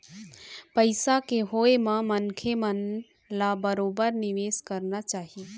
पइसा के होय म मनखे मन ल बरोबर निवेश करना चाही